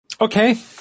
Okay